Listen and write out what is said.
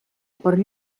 per